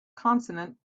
consonant